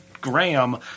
Graham